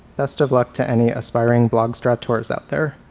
best of luck to any aspiring blogstaurateurs out there.